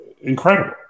incredible